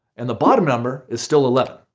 and the bottom number is still eleven.